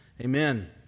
Amen